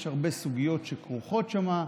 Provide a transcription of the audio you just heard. יש הרבה סוגיות שכרוכות שם,